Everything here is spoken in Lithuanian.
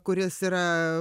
kuris yra